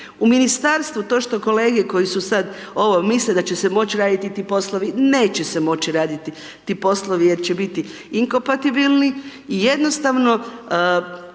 U ministarstvu to što kolege koji su sad ovo misle da će se moć raditi ti poslovi, neće se moći raditi ti poslovi jer će biti inkopatibilni i jednostavno